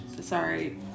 Sorry